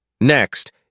Next